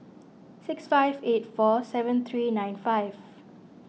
six five eight four seven three nine five